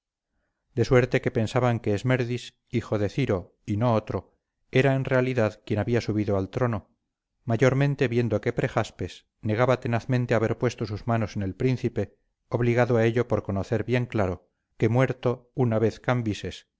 de suerte que pensaban que esmerdis hijo de ciro y no otro era en realidad quien había subido al trono mayormente viendo que prejaspes negaba tenazmente haber puesto sus manos en el príncipe obligado a ello por conocer bien claro que muerto tina vez cambises